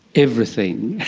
everything.